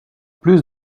plus